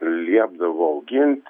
liepdavo augint